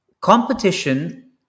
competition